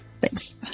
Thanks